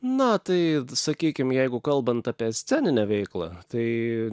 na tai sakykim jeigu kalbant apie sceninę veiklą tai